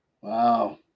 Wow